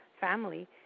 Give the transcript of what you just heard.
family